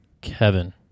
Kevin